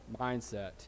mindset